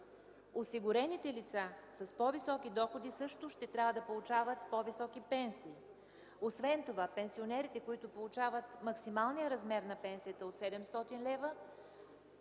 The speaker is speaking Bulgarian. Осигурените лица с по-високи доходи също ще трябва да получават по-високи пенсии. Освен това пенсионерите, които получават максималният размер на пенсията от 700 лв.,